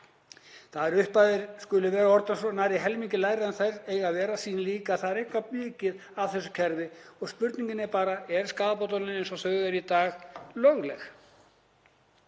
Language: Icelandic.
Það að upphæðirnar skuli vera orðnar nærri helmingi lægri en þær eiga að vera sýnir líka að það er eitthvað mikið að þessu kerfi og spurningin er bara: Eru skaðabótalögin eins og þau eru í dag lögleg?